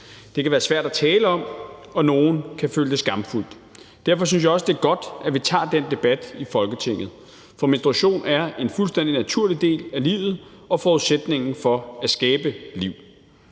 Det kan være svært at tale om, og nogle kan føle, at det er skamfuldt. Derfor synes jeg også, det er godt, at vi tager den debat i Folketinget. For menstruation er en fuldstændig naturlig del af livet og forudsætningen for at skabe liv.